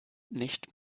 nicht